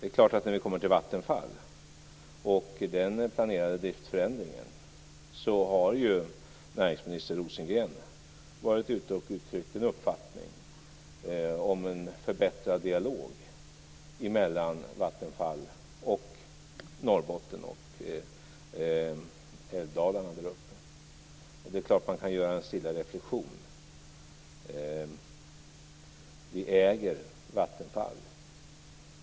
När det gäller Vattenfall och den planerade driftförändringen där har ju näringsminister Rosengren uttryckt en önskan om en förbättrad dialog mellan Vattenfall och Norrbotten och älvdalarna där uppe. Det är klart att man kan göra en stilla reflexion: Vi äger Vattenfall.